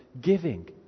giving